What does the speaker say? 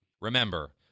Remember